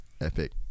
Epic